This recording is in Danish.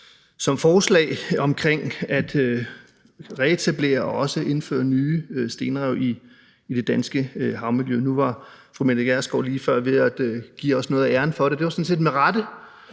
beslutningsforslag om at reetablere og også indføre nye stenrev i det danske havmiljø. Nu var fru Mette Gjerskov lige før lige ved at give os noget af æren for det, og det var sådan set med rette,